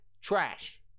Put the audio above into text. trash